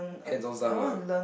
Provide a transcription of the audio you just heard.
hands on stuff lah